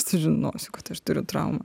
sužinosiu kad aš turiu traumą